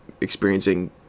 experiencing